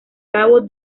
cabo